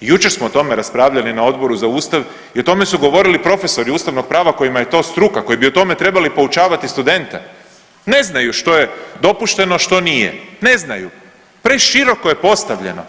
jučer smo o tome raspravljali na Odboru za Ustav i o tome su govorili profesori ustavnog prava kojima je to struka, koji bi o tome trebali poučavati studente, ne znaju što je dopušteno, a što nije, ne znaju, preširoko je postavljeno.